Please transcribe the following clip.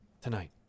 Tonight